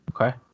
Okay